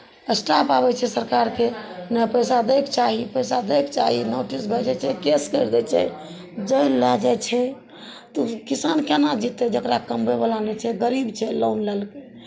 staff आबै छै सरकारके नहि पैसा दैके चाही पैसा दैके चाही नोटिस भेजै छै केस करि दै छै जेल लए जाइ छै तऽ किसान केना जीतै जकरा कमबयवला नहि छै गरीब छै लोन लेलकै